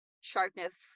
sharpness